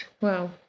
Wow